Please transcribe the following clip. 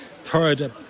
third